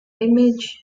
image